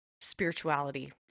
spirituality